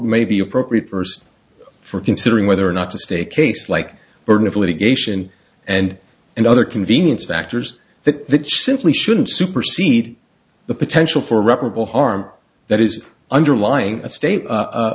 may be appropriate first for considering whether or not to state case like burden of litigation and another convenience factors that simply shouldn't supercede the potential for irreparable harm that is underlying a state